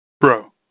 Bro